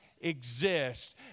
exist